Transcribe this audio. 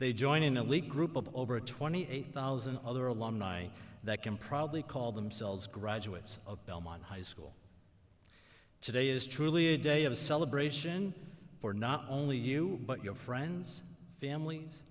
they join in a league group of over twenty eight thousand other alumni that can probably call themselves graduates of belmont high school today is truly a day of celebration for not only you but your friends families